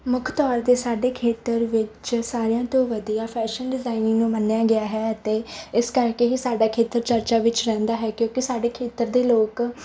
ਮੁੱਖ ਤੌਰ 'ਤੇ ਸਾਡੇ ਖੇਤਰ ਵਿੱਚ ਸਾਰਿਆਂ ਤੋਂ ਵਧੀਆ ਫੈਸ਼ਨ ਡਿਜ਼ਾਇਨਿੰਗ ਨੂੰ ਮੰਨਿਆ ਗਿਆ ਹੈ ਅਤੇ ਇਸ ਕਰਕੇ ਹੀ ਸਾਡਾ ਖੇਤਰ ਚਰਚਾ ਵਿੱਚ ਰਹਿੰਦਾ ਹੈ ਕਿਉਂਕਿ ਸਾਡੇ ਖੇਤਰ ਦੇ ਲੋਕ